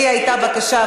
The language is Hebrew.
כי הייתה בקשה,